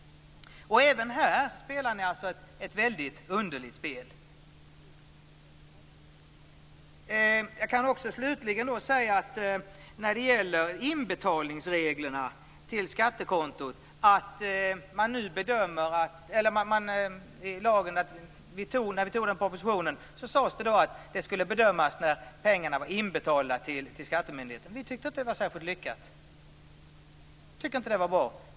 Även här spelar ni alltså ett väldigt underligt spel. När det slutligen gäller reglerna för inbetalning till skattekontot sades det när vi antog propositionen att det skulle bedömas när pengarna var inbetalda till skattemyndigheten. Vi tyckte inte att det var särskilt lyckat. Vi tyckte inte att det var bra.